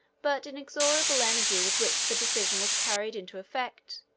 but inexorable energy with which the decision was carried into effect,